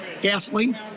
Gasoline